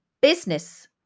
business